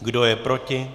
Kdo je proti?